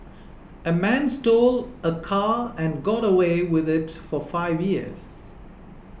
a man stole a car and got away with it for five years